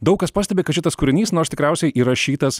daug kas pastebi kad šitas kūrinys nors tikriausiai įrašytas